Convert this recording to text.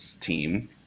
team